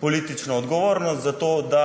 politično odgovornost za to, da